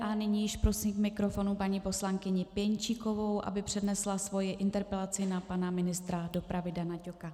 A nyní již prosím k mikrofonu paní poslankyni Pěnčíkovou, aby přednesla svoji interpelaci na pana ministra dopravy Dana Ťoka.